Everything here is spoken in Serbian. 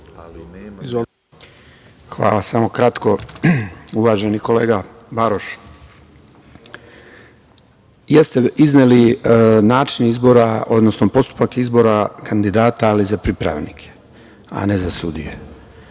Samo kratko. Uvaženi kolega Baroš, jeste izneli način izbora, odnosno postupak izbora kandidata, ali za pripravnike, a ne za sudije.